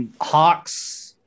Hawks